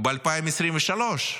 וב-2023,